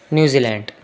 New Zealand